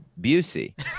Busey